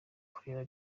kurera